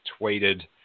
tweeted